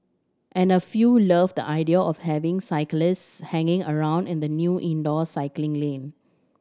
and a few loved the idea of having cyclists hanging around in the new indoor cycling lane